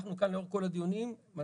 אנחנו כאן לאורך כל הדיונים מצאנו